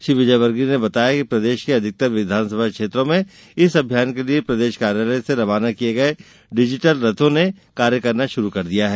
श्री विजयवर्गीय ने बताया कि प्रदेश के अधिकतर विधानसभा क्षेत्रों में इस अभियान के लिए प्रदेश कार्यालय से रवाना किए गए डिजिटल रथों ने काम करना शुरू कर दिया है